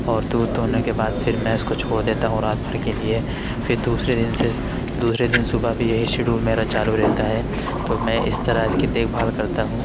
اور دودھ دوہنے کے بعد پھر میں اس کو چھوڑ دیتا ہوں رات بھر کے لیے پھر دوسرے دن سے دوسرے دن صبح بھی یہی شیڈول میرا چالو رہتا ہے تو میں اس طرح اس کی دیکھ بھال کرتا ہوں